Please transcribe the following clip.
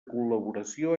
col·laboració